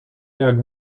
jak